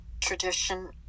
tradition